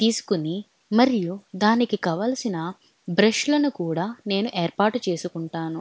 తీసుకుని మరియు దానికి కావాల్సిన బ్రష్లను కూడా నేను ఏర్పాటు చేసుకుంటాను